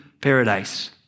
paradise